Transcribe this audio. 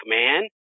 man